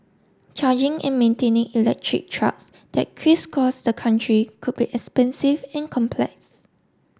charging and maintaining electric trucks that crisscross the country could be expensive and complex